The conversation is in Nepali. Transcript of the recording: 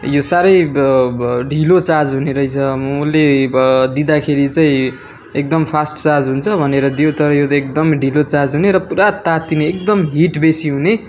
यो साह्रै ब ब ढिलो चार्ज हुनेरहेछ मैले ब दिँदा खेरि चाहिँ एकदम फास्ट चार्ज हुन्छ भनेर दियो तर यो त एकदम ढिलो चार्ज हुने र पुरा तात्तिने एकदम हिट बेसी हुने